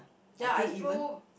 ya I flew